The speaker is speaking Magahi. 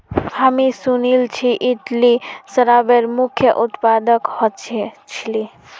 हामी सुनिल छि इटली शराबेर मुख्य उत्पादक ह छिले